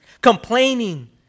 complaining